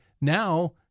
now